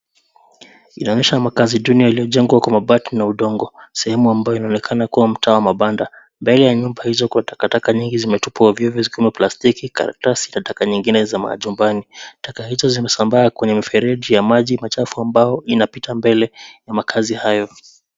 Inaonyesha makazi yaliyojengwa kwa mabati na udongo, sehemu ambayo inaonekana kuwa mtaa wa mabanda, mbele ya nyumba hizo kuna takataka nyingi zimetupwa hivo zikiwa maplastiki, karatasi, takataka zingine za majumbani. Taka hizo zimesambaa kwenye mifereji ya maji machafu ambayo inapita mbele ya makazi hayo.